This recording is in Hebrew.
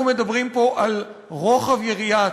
אנחנו מדברים פה על רוחב יריעה עצום,